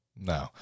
no